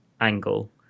angle